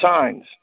signs